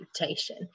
reputation